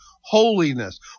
holiness